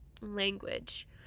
language